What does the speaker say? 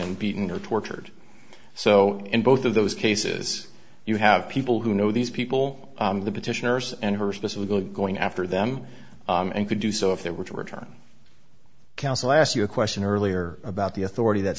and beaten or tortured so in both of those cases you have people who know these people the petitioners and her specifically going after them and could do so if they were to return counsel asked you a question earlier about the authority that